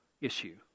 issue